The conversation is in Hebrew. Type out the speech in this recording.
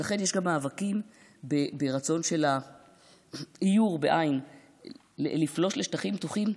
ולכן יש מאבקים ברצון לעיור, לפלוש לשטחים פתוחים.